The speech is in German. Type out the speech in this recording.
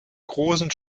großen